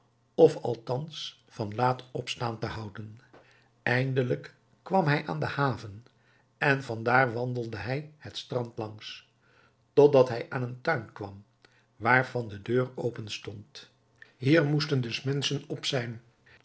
of althans van laat opstaan te houden eindelijk kwam hij aan de haven en van daar wandelde hij het strand langs totdat hij aan een tuin kwam waarvan de deur openstond hier moesten dus menschen op zijn